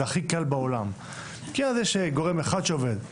זה הכי קל בעולם, כי אז יש גורם אחד שעובד.